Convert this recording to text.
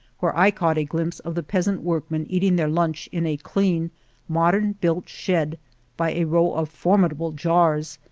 where i caught a glimpse of the peasant workmen eating their lunch in a clean mod ern-built shed by a row of formidable jars,